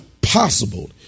possible